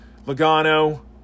Logano